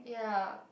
ya